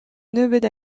nebeut